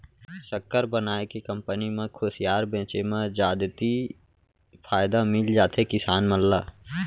सक्कर बनाए के कंपनी म खुसियार बेचे म जादति फायदा मिल जाथे किसान मन ल